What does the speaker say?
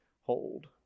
hold